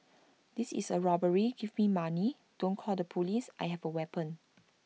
this is A robbery give me money don't call the Police I have A weapon